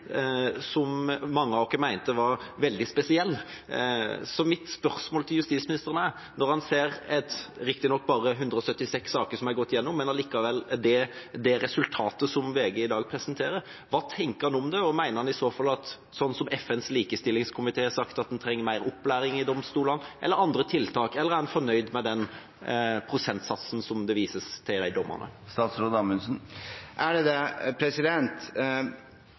som mange av oss mente var veldig spesiell. Så mitt spørsmål til justisministeren er: Når han ser de riktignok bare 176 saker som er gått gjennom, men allikevel det resultatet som VG i dag presenterer, hva tenker han om det? Og mener han i så fall at det er sånn som FNs likestillingskomité har sagt, at en trenger mer opplæring i domstolene, eller andre tiltak? Eller er han fornøyd med den prosentsatsen som det vises til i forbindelse med de dommene?